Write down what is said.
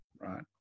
right